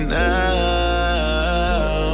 now